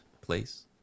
place